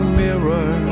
mirror